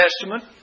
Testament